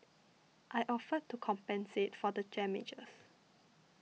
I offered to compensate for the damages